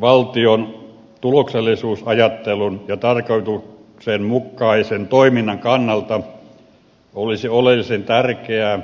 valtion tuloksellisuusajattelun ja tarkoituksenmukaisen toiminnan kannalta olisi oleellisen tärkeää